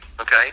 okay